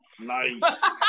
Nice